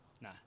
nah